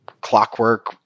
clockwork